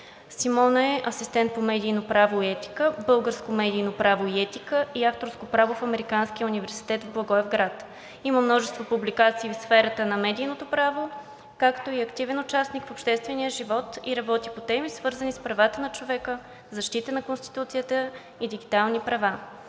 Симона е асистент по медийно право и етика, българско медийно право и етика и авторско право в Американския университет в Благоевград. Има множество публикации в сферата на медийното право, както и активен участник в обществения живот и работи по теми, свързани с правата на човека, защита на Конституцията и дигиталните права.